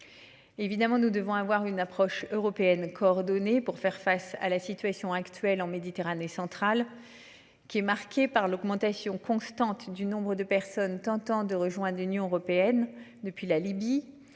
Évidemment, nous devons avoir une approche européenne coordonnée pour faire face à la situation actuelle en Méditerranée centrale. Qui est marqué par l'augmentation constante du nombre de personnes tentant de rejoindre l'Union européenne depuis la Libye,